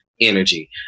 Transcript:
energy